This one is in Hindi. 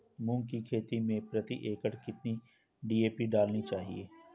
मूंग की खेती में प्रति एकड़ कितनी डी.ए.पी डालनी चाहिए?